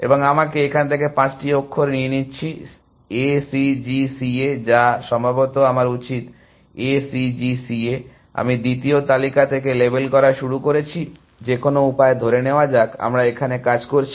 এবং আমাকে এখান থেকে পাঁচটি অক্ষর নিয়ে নিচ্ছি A C G C A বা সম্ভবত আমার উচিত A C G C A আমি দ্বিতীয় তালিকা থেকে লেবেল করা শুরু করেছি যে কোনও উপায়ে ধরে নেওয়া যাক আমরা এখানে কাজ করছি